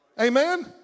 Amen